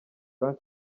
frank